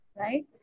right